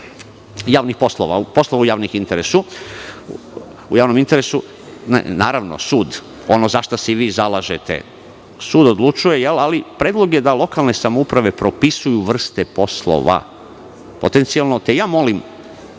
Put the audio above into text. javnih poslova, poslova u javnom interesu, naravno sud, ono za šta se i vi zalažete, sud odlučuje jel, ali predlog je da lokalne samouprave propisuju vrste poslova, potencijalno. Molim,